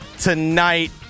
tonight